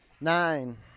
nine